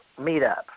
Meetup